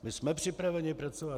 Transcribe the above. My jsme připraveni pracovat.